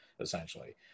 essentially